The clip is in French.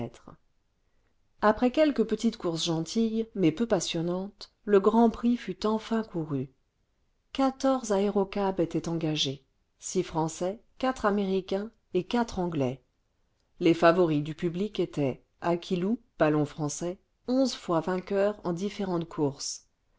après quelques petites courses gentilles mais peu passionnantes le grand prix fut enfin couru quatorze aérocabs étaient engagés six français quatre américains et quatre anglais les favoris du public étaient aquilon ballon français onze fois vainqueur en différentes courses